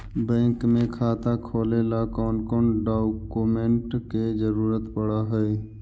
Bank में खाता खोले ल कौन कौन डाउकमेंट के जरूरत पड़ है?